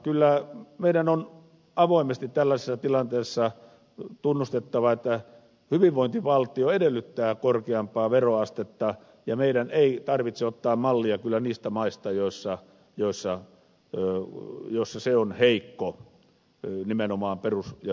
kyllä meidän on avoimesti tällaisessa tilanteessa tunnustettava että hyvinvointivaltio edellyttää korkeampaa veroastetta ja meidän ei tarvitse ottaa mallia kyllä niistä maista joissa ovat heikkoja nimenomaan perus ja hyvinvointipalvelut